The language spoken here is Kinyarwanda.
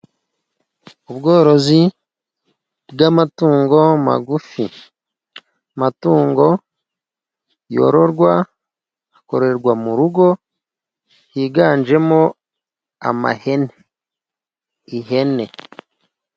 Ubworozi bw'amatungo magufi, amatungo yororwa akarorerwa mu rugo higanjemo ihene.